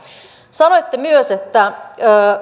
sanoitte myös että